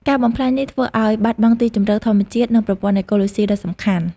ការបំផ្លាញនេះធ្វើឲ្យ បាត់បង់ទីជម្រកធម្មជាតិ និង ប្រព័ន្ធអេកូឡូស៊ី ដ៏សំខាន់។